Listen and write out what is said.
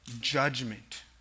judgment